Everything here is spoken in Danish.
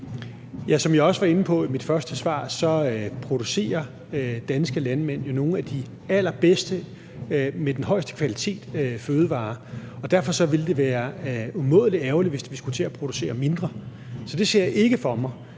Som jeg også var inde på i mit første svar, producerer danske landmænd jo nogle af de allerbedste fødevarer af den højeste kvalitet, og derfor ville det være umådelig ærgerligt, hvis vi skulle til at producere mindre. Så det ser jeg ikke for mig.